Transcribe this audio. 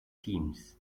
teams